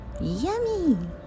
Yummy